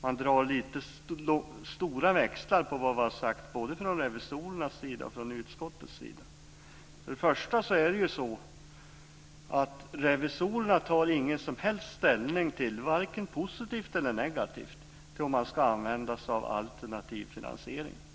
Man drar lite stora växlar på vad som sagts både från revisorernas och utskottets sida. Revisorerna tar ingen som helst ställning, vare sig positiv eller negativ, till om man ska använda sig av alternativ finansiering.